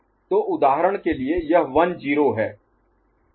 Y Q'T' तो उदाहरण के लिए यह 1 0 है